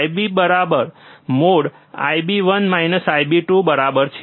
IB બરાબર mode બરાબર છે